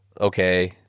okay